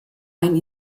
ein